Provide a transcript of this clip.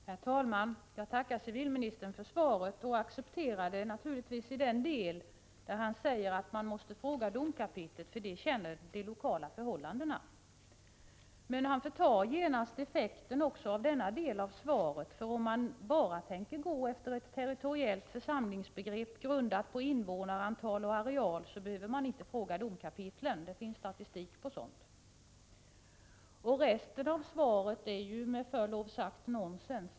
Herr talman! Jag tackar civilministern för svaret och accepterar det naturligtvis i den del där han säger att man måste fråga domkapitlen, som känner de lokala förhållandena. Men han förtar genast effekten också av denna del av svaret, för om man endast tänker gå efter ett strikt territoriellt församlingsbegrepp, grundat på invånarantal och areal, behöver man inte fråga domkapitlen; det finns statistik på sådant. Resten av svaret är med förlov sagt nonsens.